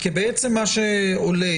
מה שעולה,